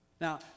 Now